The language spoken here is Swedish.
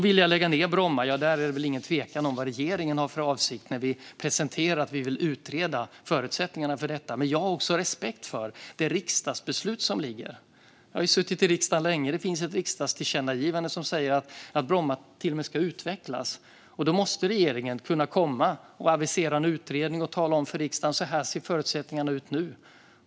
Vill jag lägga ned Bromma? Ja, det råder väl inget tvivel om vad vi i regeringen har för avsikt när vi presenterar att vi vill utreda förutsättningarna för detta. Men jag har också respekt för det riksdagsbeslut som ligger. Jag har ju suttit i riksdagen länge. Det finns ett riksdagstillkännagivande som säger att Bromma till och med ska utvecklas. Då måste regeringen kunna avisera en utredning och tala om för riksdagen att så här ser förutsättningarna ut nu.